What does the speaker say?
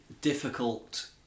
difficult